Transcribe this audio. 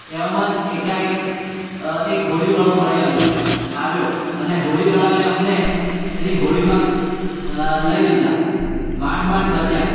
એવામાં જ એકાએક એક હોડીવાળો મળી આવ્યો આવ્યો અને હોડીવાળાએ અમને હોડીમાં લઈ લીધા માંડ માંડ બચ્યા